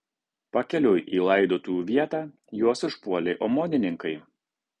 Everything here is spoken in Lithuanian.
pakeliui į laidotuvių vietą juos užpuolė omonininkai